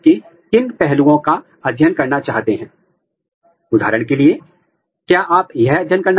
यह किसी भी चालू जैविक प्रक्रिया अथवा जैव रासायनिक प्रक्रिया को समाप्त करने के लिए आवश्यक है